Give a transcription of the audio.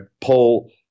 Paul